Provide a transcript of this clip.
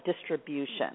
distribution